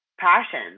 passion